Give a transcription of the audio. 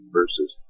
verses